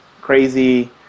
crazy